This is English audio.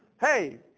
Hey